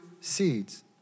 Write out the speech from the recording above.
seeds